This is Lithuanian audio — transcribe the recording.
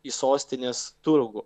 į sostinės turgų